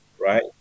right